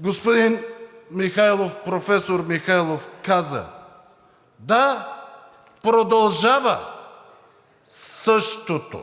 Господин Михайлов, професор Михайлов каза: „Да, продължава същото